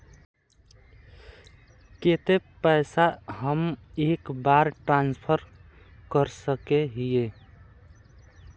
केते पैसा हम एक बार ट्रांसफर कर सके हीये?